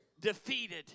defeated